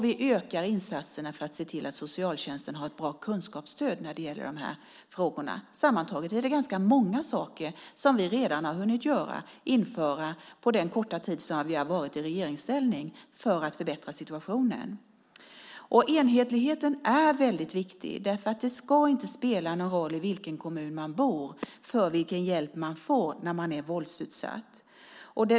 Vi ökar insatserna för att se till att socialtjänsten har ett bra kunskapsstöd när det gäller de här frågorna. Sammantaget blir det ganska många saker som vi under den korta tid som vi har varit i regeringsställning redan har hunnit införa för att förbättra situationen. Enhetligheten är väldigt viktig. Det ska inte spela någon roll i vilken kommun man bor för vilken hjälp man får när man är våldsutsatt.